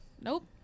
Nope